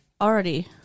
already